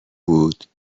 بود